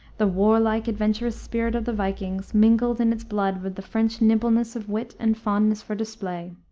the warlike, adventurous spirit of the vikings mingled in its blood with the french nimbleness of wit and fondness for display.